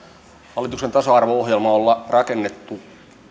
hallituksen tasa arvo ohjelma on rakennettu